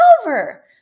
over